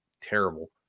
terrible